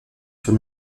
sur